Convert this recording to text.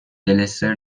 دلستر